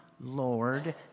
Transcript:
Lord